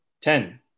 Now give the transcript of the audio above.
Ten